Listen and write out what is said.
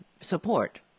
support